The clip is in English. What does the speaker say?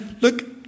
look